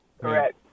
Correct